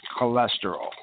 cholesterol